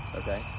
okay